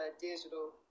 Digital